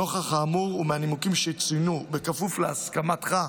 נוכח האמור ומהנימוקים שצוינו בכפוף להסכמתך,